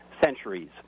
centuries